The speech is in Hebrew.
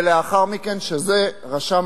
שזה רשם